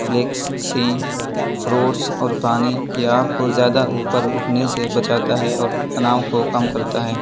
flakes سی fruits اور پانی یہ آپ کو زیادہ اوپر اٹھنے سے بچاتا ہے اور تناؤ کو کم کرتا ہے